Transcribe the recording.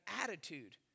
attitude